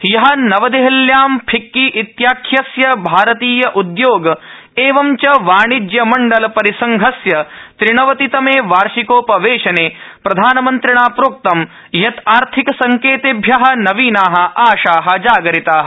हय नवदेहल्यां फिक्की इत्याख्यस्य भारतीय उद्योग एवं च वाणिज्यमण्डल परिसंघस्य त्रिनवतितमे वार्षिकोपवेशने प्रधानमन्त्रिणा उक्तं यत् आर्थिक संकेतेभ्य नवीना आशा जागरिता